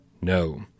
No